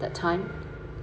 that time